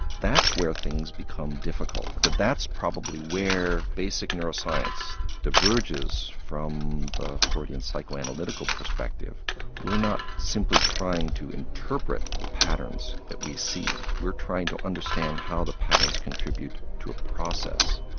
that's where things become difficult, that that's probably where basic neuroscience diverges from the freudian psychoanalytical perspective we're not simply trying to interpret the patterns that we see, we're trying to understand how the patterns contribute to the process,